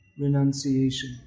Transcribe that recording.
renunciation